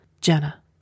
Jenna